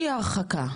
אי הרחקה?